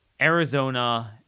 Arizona